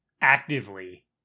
actively